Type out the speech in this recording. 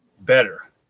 better